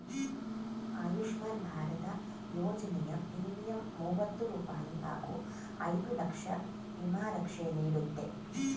ಆಯುಷ್ಮಾನ್ ಭಾರತ ಯೋಜನೆಯ ಪ್ರೀಮಿಯಂ ಮೂವತ್ತು ರೂಪಾಯಿ ಹಾಗೂ ಐದು ಲಕ್ಷ ವಿಮಾ ರಕ್ಷೆ ನೀಡುತ್ತೆ